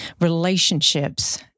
Relationships